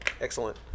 Excellent